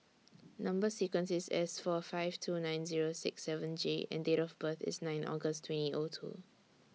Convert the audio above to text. Number sequence IS S four five two nine Zero six seven J and Date of birth IS nine August twenty O two